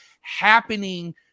happening